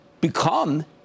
become